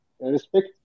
respect